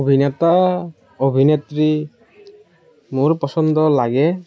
অভিনেতা অভিনেত্ৰী মোৰ পচন্দৰ লাগে